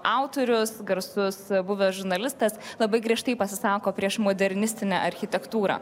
autorius garsus buvęs žurnalistas labai griežtai pasisako prieš modernistinę architektūrą